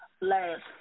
last